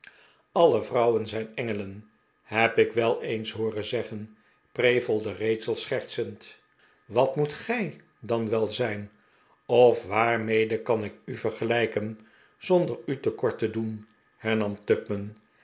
alle vrouwen zijn engelen heb ik wel eens hooren zeggen prevelde rachel schertsend wat moet gij dan wel zijn of waarmede kan ik u vergelijken zonder u te kort te doen